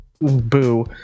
boo